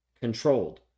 controlled